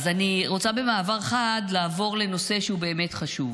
אני רוצה לעבור במעבר חד לנושא שהוא באמת חשוב.